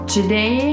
Today